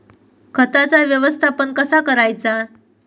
खताचा व्यवस्थापन कसा करायचा?